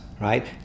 right